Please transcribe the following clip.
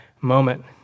moment